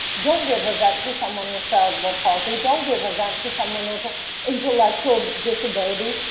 don't give a vent to someone with cerebral palsy, don't give a vent to someone with intellectual disabilities.